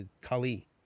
Kali